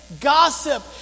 gossip